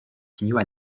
signaux